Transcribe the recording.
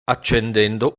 accendendo